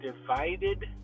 divided